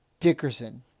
Dickerson